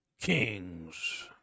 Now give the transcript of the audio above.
Kings